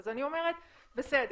אז אני אמרת: בסדר,